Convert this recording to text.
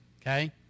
okay